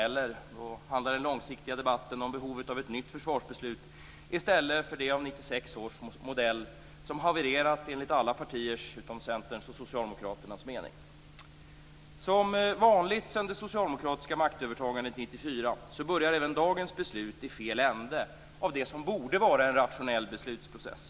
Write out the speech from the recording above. Då handlade den långsiktiga debatten om behovet av ett nytt försvarsbeslut i stället för det av 1996 års modell, som hade havererat enligt alla partiers utom Centerns och Socialdemokraternas mening. Som vanligt sedan det socialdemokratiska maktövertagandet 1994 börjar även dagens beslut i fel ände av det som borde vara en rationell beslutsprocess.